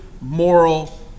moral